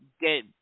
get